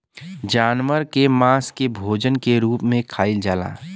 जानवर के मांस के भोजन के रूप में खाइल जाला